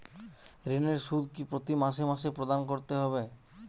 ঋণের সুদ কি প্রতি মাসে মাসে প্রদান করতে হবে?